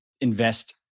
invest